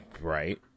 Right